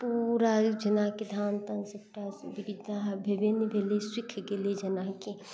पूरा जेनाकि धान तान सबटा भेबे नहि केलै सूखि गेलै जेनाकि